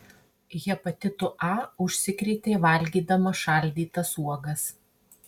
hepatitu a užsikrėtė valgydama šaldytas uogas